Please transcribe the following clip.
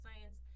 science